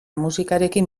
musikarekin